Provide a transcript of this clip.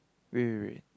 wait wait wait